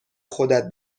خودت